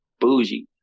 bougie